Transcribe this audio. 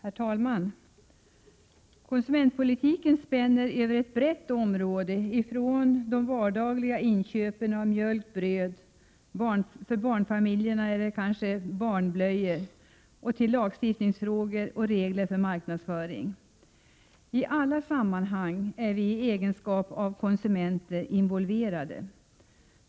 Herr talman! Konsumentpolitiken spänner över ett brett område — alltifrån de vardagliga inköpen av mjölk, bröd och, för barnfamiljerna, barnblöjor till lagstiftningsfrågor och regler för marknadsföring. I egenskap av konsumenter är vi involverade i alla sammanhang.